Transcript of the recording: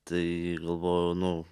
tai galvojau nu